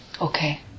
Okay